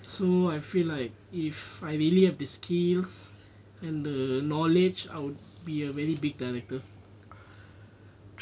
so I feel like if I really have the skills and the knowledge I will be a very big director